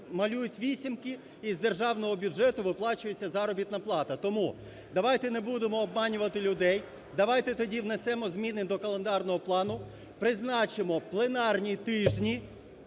малюють "вісімки", і з державного бюджету виплачується заробітна плата. Тому давайте не будемо обманювати людей, давайте тоді внесемо зміни до календарного плану, призначимо пленарні тижні,